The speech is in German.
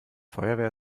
feuerwehr